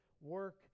work